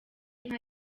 inka